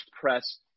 press –